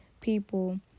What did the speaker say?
people